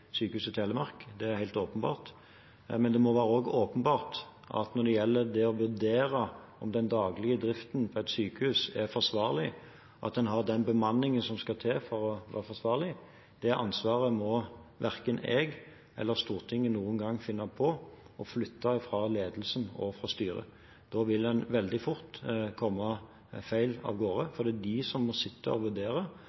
Sykehuset Telemark, det er helt åpenbart. Men det må også være åpenbart at når det gjelder det å vurdere om den daglige driften på et sykehus er forsvarlig, og at man har den bemanningen som skal til for at den er forsvarlig, må verken jeg eller Stortinget noen gang finne på å flytte det ansvaret fra ledelsen og styret. Da vil en veldig fort komme feil av gårde, for det er de som må sitte og vurdere